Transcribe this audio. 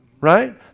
right